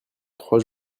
trois